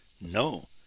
No